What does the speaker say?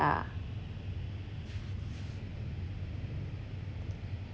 ah